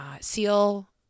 Seal